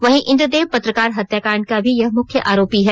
वहीं इंद्रदेव पत्रकार हत्याकांड का भी यह मुख्य आरोपी है